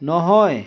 নহয়